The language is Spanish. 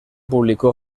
publicó